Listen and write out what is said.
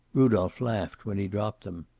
rudolph laughed when he dropped them.